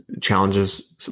challenges